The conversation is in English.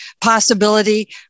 possibility